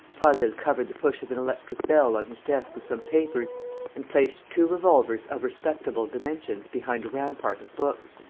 prasville covered the push of an electric bell on his desk with some papers and placed two revolvers of respectable dimensions behind a rampart of books.